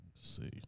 see